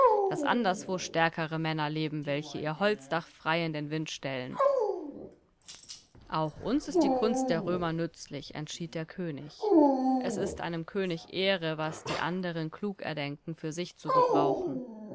daß anderswo stärkere männer leben welche ihr holzdach frei in den wind stellen auch uns ist die kunst der römer nützlich entschied der könig es ist einem könig ehre was die anderen klug erdenken für sich zu gebrauchen